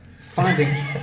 Finding